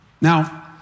Now